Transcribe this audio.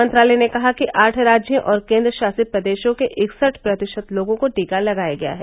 मंत्रालय ने कहा है कि आठ राज्यों और केन्द्रशासित प्रदेशों के इकसठ प्रतिशत लोगों को टीका लगाया गया है